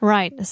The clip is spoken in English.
Right